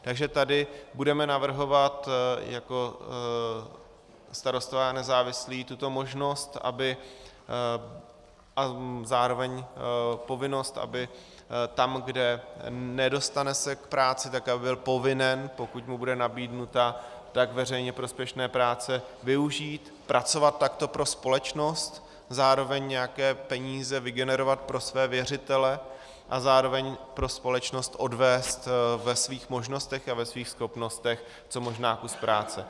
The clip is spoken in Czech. Takže tady budeme navrhovat jako Starostové a nezávislí tuto možnost a zároveň povinnost, aby tam, kde se nedostane k práci, tak aby byl povinen, pokud mu bude nabídnuta, tak veřejně prospěšné práce využít, pracovat takto pro společnost, zároveň nějaké peníze vygenerovat pro své věřitele a zároveň pro společnost odvést ve svých možnostech a ve svých schopnostech co možná kus práce.